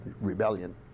rebellion